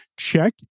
check